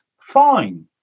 Fine